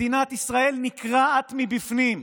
מדינת ישראל נקרעת מבפנים.